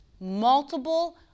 multiple